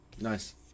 Nice